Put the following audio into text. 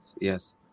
Yes